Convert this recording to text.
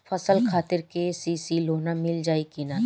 फसल खातिर के.सी.सी लोना मील जाई किना?